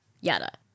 yada